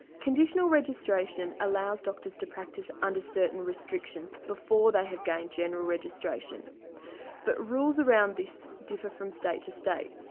conditional registration allows doctors to practice under certain restrictions before they have gained general registration but rules around this differ from state to state.